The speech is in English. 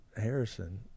Harrison